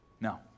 No